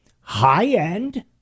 high-end